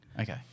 Okay